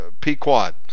P-Quad